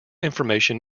information